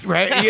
Right